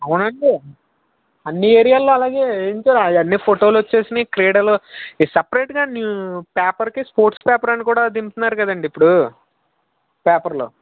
అవునండి అన్నీ ఏరియాల్లో అలాగే ఎంటో అవి అన్నీ ఫోటోలు వచ్చేసాయి క్రీడలు సెపరేట్గా పేపర్కి స్పోర్ట్స్ పేపర్ అని కూడా దింపుతున్నారు కదండీ ఇప్పుడు పేపర్లో